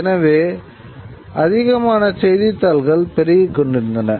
எனவே அதிகமான செய்தித்தாள்கள் பெருகி கொண்டிருந்தன